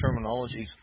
terminologies